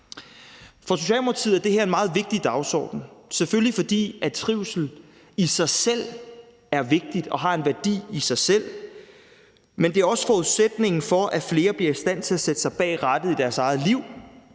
For Socialdemokratiet er det her en meget vigtig dagsorden, selvfølgelig fordi trivsel i sig selv er vigtigt og har en værdi i sig selv, men det er også forudsætningen for, at flere bliver i stand til at sætte sig bag rattet i deres eget liv,